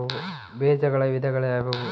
ಬೇಜಗಳ ವಿಧಗಳು ಯಾವುವು?